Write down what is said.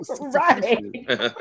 right